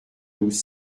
douze